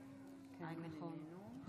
כבוד השר, חבריי חברי הכנסת,